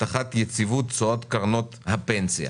הבטחת יציבות בתשואות קרנות הפנסיה.